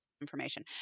information